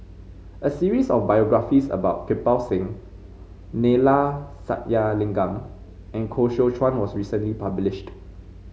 a series of biographies about Kirpal Singh Neila Sathyalingam and Koh Seow Chuan was recently published